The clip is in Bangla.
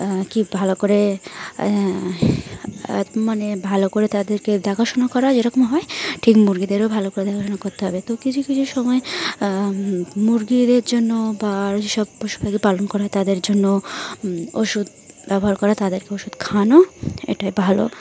কী ভালো করে মানে ভালো করে তাদেরকে দেখাশোনা করা যেরকম হয় ঠিক মুরগিদেরও ভালো করে দেখাশোনা করতে হবে তো কিছু কিছু সময় মুরগিদের জন্য বা আরও যেসব পশুপখি পালন করা তাদের জন্য ওষুধ ব্যবহার করা তাদেরকে ওষুধ খাওয়ানো এটাই ভালো